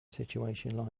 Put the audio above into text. situation